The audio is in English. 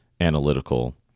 analytical